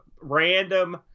random